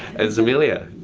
it's amelia.